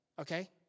Okay